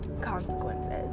consequences